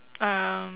um